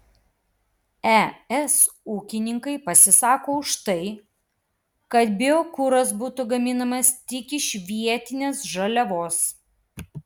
es ūkininkai pasisako už tai kad biokuras būtų gaminamas tik iš vietinės žaliavos